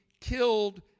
killed